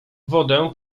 wodę